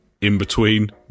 in-between